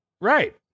Right